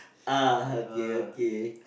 ah okay okay